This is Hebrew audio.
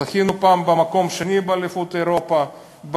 זכינו פעם במקום שני באליפות אירופה,